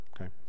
Okay